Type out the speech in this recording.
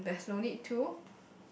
um there's no need to